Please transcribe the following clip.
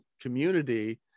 community